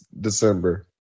December